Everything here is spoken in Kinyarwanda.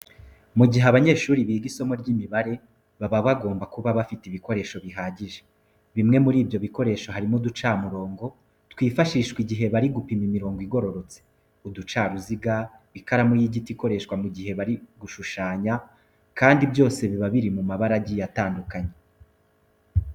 Mu gihe abanyeshuri biga isomo ry'imibare, baba bagomba kuba bafite ibikoresho bihagije. Bimwe muri ibyo bikoresho harimo uducamurongo twifashishwa igihe bari gupima imirongo igororotse, uducaruziga, ikaramu y'igiti ikoreshwa mu gihe bashushyanya kandi byose biba biri mu mabara agiye atandukanye.